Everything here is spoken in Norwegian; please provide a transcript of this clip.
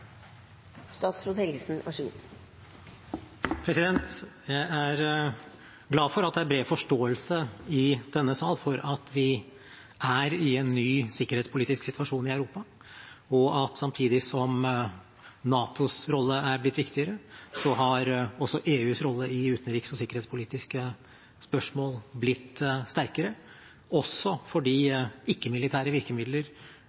glad for at det er bred forståelse i denne sal for at vi er i en ny sikkerhetspolitisk situasjon i Europa, og samtidig som NATOs rolle har blitt viktigere, har også EUs rolle i utenriks- og sikkerhetspolitiske spørsmål blitt sterkere, også fordi ikke-militære virkemidler er de